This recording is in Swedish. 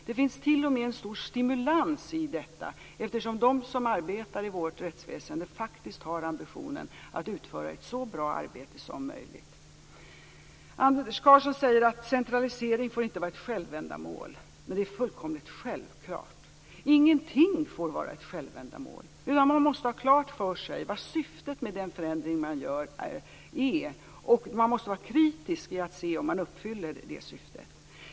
Det finns t.o.m. en stor stimulans i detta, eftersom de som arbetar i vårt rättsväsende faktiskt har ambitionen att utföra en så bra arbete som möjligt. Anders Karlsson säger att centralisering inte får vara ett självändamål. Det är fullkomligt självklart. Ingenting får vara ett självändamål. Man måste ha klart för sig vad syftet är med den förändring man gör. Man måste vara kritisk och se om man uppfyller det syftet.